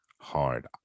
hard